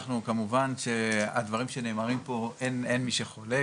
אנחנו כמובן שהדברים שנאמרים פה אין מי שחולק,